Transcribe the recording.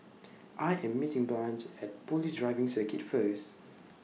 I Am meeting Blanch At Police Driving Circuit First